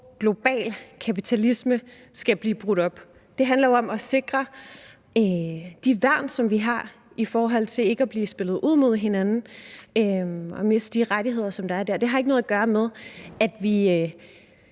global kapitalisme skal blive brudt op. Det handler jo om at sikre de værn, som vi har, i forhold til ikke at blive spillet ud mod hinanden og miste de rettigheder, som der er der. Det har ikke noget at gøre med, at vi